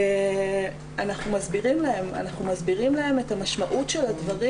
אנחנו מסבירים להם את המשמעות של הדברים.